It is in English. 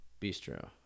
bistro